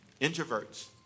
introverts